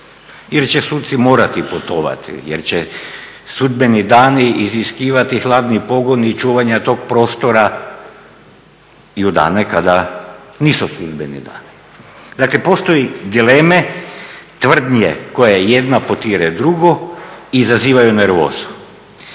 jer će suci morati putovati, jer će sudbeni dani iziskivati hladni pogon i čuvanje tog prostora i u dane kada nisu sudbeni dani. Dakle, postoje dileme, tvrdnje, koje jedna potire drugu i izazivaju nervozu.